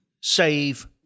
save